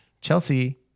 Chelsea